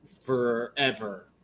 forever